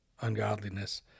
ungodliness